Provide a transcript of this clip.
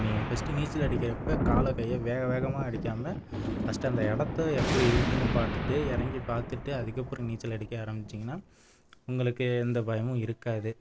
நீங்கள் ஃபர்ஸ்ட்டு நீச்சல் அடிக்கிறப்போ காலை கையை வேக வேகமாக அடிக்காமல் ஃபர்ஸ்ட்டு அந்த இடத்த எப்படி இருக்குதுன்னு பார்த்துட்டு இறங்கிப் பார்த்துட்டு அதுக்கப்புறம் நீச்சல் அடிக்க ஆரமித்திங்கன்னா உங்களுக்கு எந்த பயமும் இருக்காது